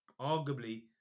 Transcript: arguably